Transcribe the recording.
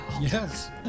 Yes